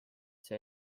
see